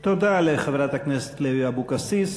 תודה לחברת הכנסת לוי אבקסיס.